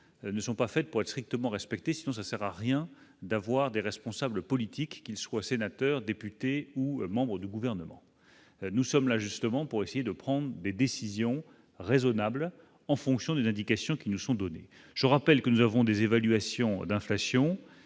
ne sont pas faites pour être strictement respecté, sinon ça sert à rien d'avoir des responsables politiques qu'ils soient sénateurs, députés ou membre du gouvernement, nous sommes là justement pour essayer de prendre des décisions raisonnables en fonction des indications qui nous sont données, je rappelle que nous avons des évaluations d'inflation